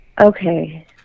Okay